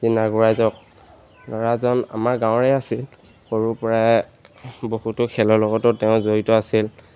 আগুৱাই যাওক ল'ৰাজন আমাৰ গাঁৱৰে আছিল সৰুৰ পৰাই বহুতো খেলৰ লগতো তেওঁ জড়িত আছিল